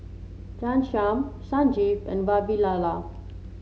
Ghanshyam Sanjeev and Vavilala